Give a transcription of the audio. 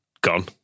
gone